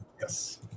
Yes